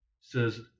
says